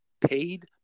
paid